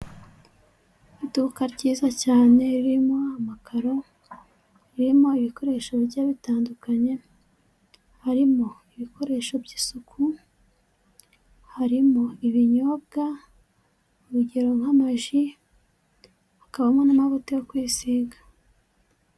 Iduka ryiza cyane ririmo amakaro, ririmo ibikoresho bigiye bitandukanye, harimo ibikoresho by'isuku, harimo ibinyobwa, urugero nk'amaji, hakabamo n'amavuta yo kwisiga.